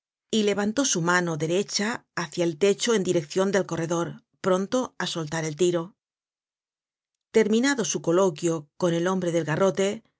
y levantó su mano derecha hácia el techo en direccion del corredor pronto á soltar el tiro terminado su coloquio con el hombre del garrote